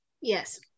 Yes